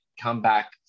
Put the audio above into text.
comeback